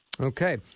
Okay